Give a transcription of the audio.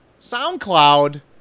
soundcloud